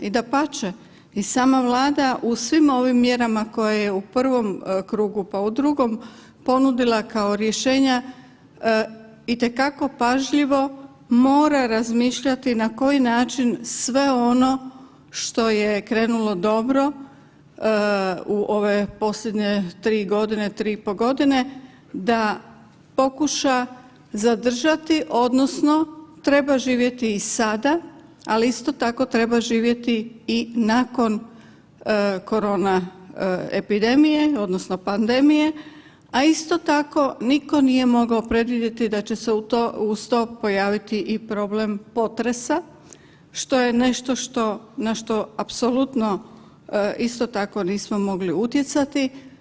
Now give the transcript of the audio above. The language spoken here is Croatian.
I dapače i sama Vlada u svim ovim mjerama koje je u prvom krugu, pa u drugom ponudila kao rješenja itekako pažljivo mora razmišljati na koji način sve ono što je krenulo dobro u ove posljednje 3 godine, 3,5 godine da pokuša zadržati odnosno treba živjeti i sada, ali isto tako treba živjeti i nakon korona epidemije odnosno pandemije, a isto tako nitko nije mogao predvidjeti da će se uz to pojaviti i problem potresa što je nešto što na što apsolutno isto tako nismo mogli utjecati.